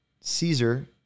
Caesar